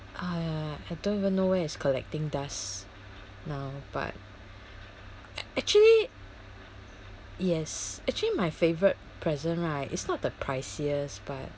uh I don't even know where it's collecting dust now but actually yes actually my favorite present right is not the priciest but